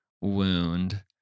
wound